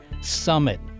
Summit